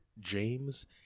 James